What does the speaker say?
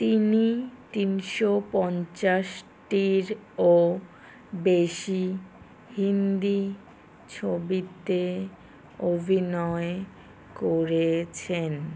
তিনি তিনশো পঞ্চাশটিরও বেশি হিন্দি ছবিতে অভিনয় করেছেন